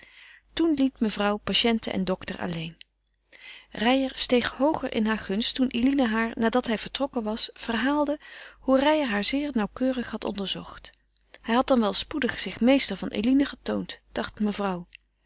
toen liet mevrouw patiënte en dokter alleen reijer steeg hooger in haar gunst toen eline haar nadat hij vertrokken was verhaalde hoe reijer haar zeer nauwkeurig had onderzocht hij had dan wel spoedig zich meester van eline getoond dacht mevrouw